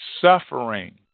Suffering